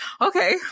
okay